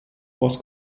was